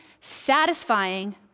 satisfying